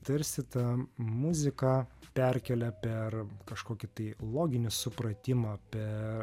tarsi ta muzika perkelia per kažkokį tai loginį supratimą apie